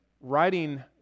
writing